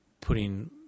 putting